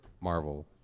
Marvel